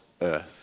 earth